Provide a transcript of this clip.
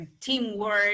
teamwork